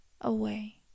away